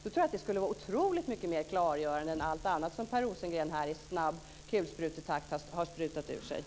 Det skulle vara oerhört mycket mer klargörande än allt annat som Per Rosengren här i kulsprutetakt har fört fram.